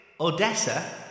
Odessa